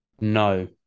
No